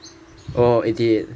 oh eighty eight